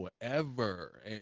forever